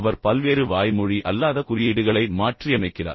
அவர் பல்வேறு வாய்மொழி அல்லாத குறியீடுகளை மாற்றியமைக்கிறார்